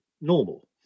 normal